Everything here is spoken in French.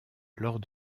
lors